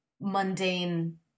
mundane